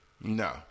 no